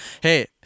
Hey